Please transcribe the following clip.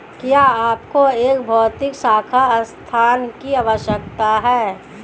क्या आपको एक भौतिक शाखा स्थान की आवश्यकता है?